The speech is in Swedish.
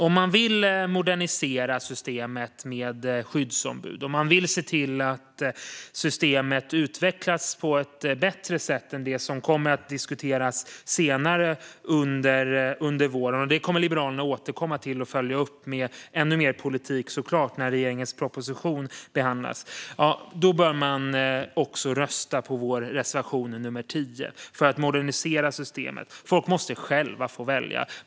Om man vill modernisera systemet med skyddsombud och se till att det utvecklas på ett bättre sätt än det som kommer att diskuteras senare under våren, vilket Liberalerna kommer att återkomma till och såklart följa upp med ännu mer politik när regeringens proposition behandlas, bör man rösta på vår reservation nr 10, för att modernisera systemet. Folk måste själva få välja.